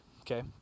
Okay